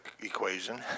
equation